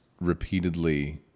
repeatedly